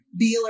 Beeler